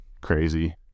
crazy